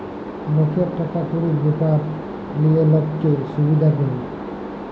লকের টাকা কুড়ির ব্যাপার লিয়ে লক্কে সুবিধা ক্যরে